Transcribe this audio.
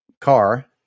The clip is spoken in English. car